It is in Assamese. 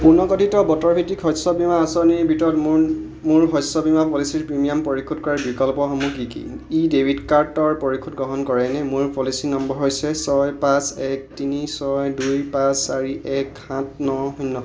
পুনৰ গঠিত বতৰ ভিত্তিক শস্য বীমা আঁচনিৰ ভিতৰত মোৰ মোৰ শস্য বীমা পলিচীৰ প্ৰিমিয়াম পৰিশোধ কৰাৰ বিকল্পসমূহ কি কি ই ডেবিট কাৰ্ডৰ পৰিশোধ গ্ৰহণ কৰেনে মোৰ পলিচী নম্বৰ হৈছে ছয় পাঁচ এক তিনি ছয় দুই পাঁচ চাৰি এক সাত ন শূন্য